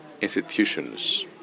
institutions